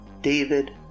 David